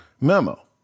memo